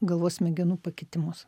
galvos smegenų pakitimus